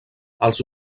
els